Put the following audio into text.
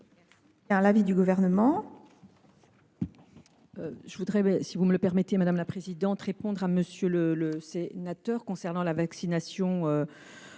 l’avis du Gouvernement.